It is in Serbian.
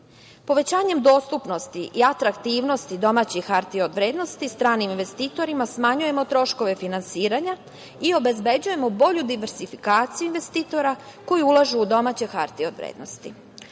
Povećanjem dostupnosti i atraktivnosti domaćih hartija od vrednosti stranim investitorima smanjujemo troškove finansiranja i obezbeđujemo bolju diversifikaciju investitora koji ulažu u domaće hartije od vrednosti. Prošle